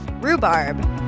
Rhubarb